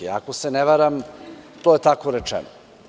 Ako se ne varam to je tako rečeno.